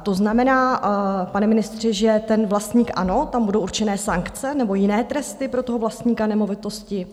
To znamená, pane ministře, že ten vlastník ano, tam budou určené sankce nebo jiné tresty pro toho vlastníka nemovitosti?